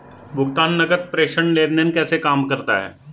भुगतान नकद प्रेषण लेनदेन कैसे काम करता है?